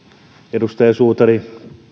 edustaja suutari